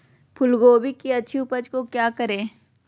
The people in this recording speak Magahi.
फूलगोभी की अच्छी उपज के क्या करे?